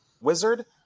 Wizard